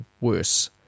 worse